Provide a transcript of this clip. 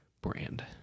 brand